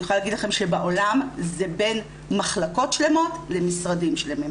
אני יכולה ל הגיד לכם שבעולם זה בין מחלקות שלמות למשרדים שלמים.